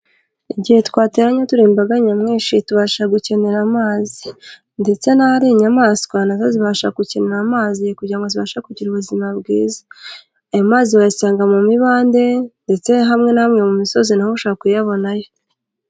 Igihe twateranye turi imbaga nyamwinshi tubasha gukenera amazi ndetse n'ahari inyamaswa nazo zibasha gukenera amazi kugira ngo zibashe kugira ubuzima bwiza, ayo mazi wayasanga mu mibande ndetse hamwe na hamwe mu misozi naho ushobora kuyabonayo.